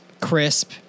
crisp